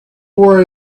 were